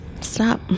stop